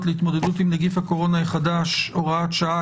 להתמודדות עם נגיף הקורונה החדש (הוראת שעה)